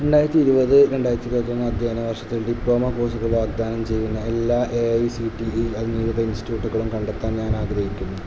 രണ്ടായിരത്തിഇരുപത് രണ്ടായിരത്തിഇരുപത്തൊന്ന് അദ്ധ്യയന വർഷത്തിൽ ഡിപ്ലോമ കോഴ്സുകൾ വാഗ്ദാനം ചെയ്യുന്ന എല്ലാ A I C T E I അംഗീകൃത ഇൻസ്റ്റിറ്റൂട്ടുകളും കണ്ടെത്താൻ ഞാനാഗ്രഹിക്കുന്നു